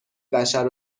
بشر